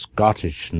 Scottish